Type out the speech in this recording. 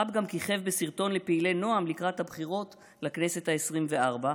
ראפ גם כיכב בסרטון לפעילי נעם לקראת הבחירות לכנסת העשרים-וארבע,